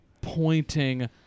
pointing